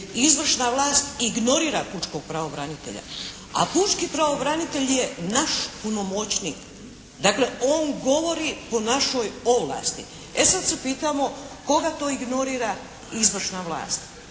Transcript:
Izvršna vlast ignorira pučkog pravobranitelja, a pučki pravobranitelj je naš punomoćnik. Dakle, on govori po našoj ovlasti. E sad se pitamo koga to ignorira izvršna vlast?